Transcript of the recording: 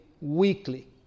weekly